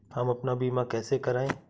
हम अपना बीमा कैसे कराए?